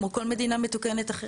כמו כל מדינה מתוקנת אחרת.